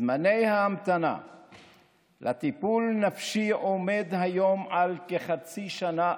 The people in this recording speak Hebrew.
זמן ההמתנה לטיפול נפשי עומד היום על כחצי שנה,